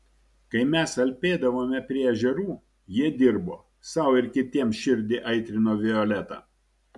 kai mes alpėdavome prie ežerų jie dirbo sau ir kitiems širdį aitrino violeta